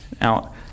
Now